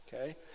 Okay